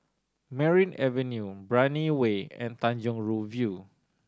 Merryn Avenue Brani Way and Tanjong Rhu View